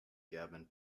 gavin